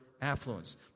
affluence